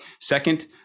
Second